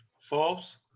False